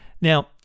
Now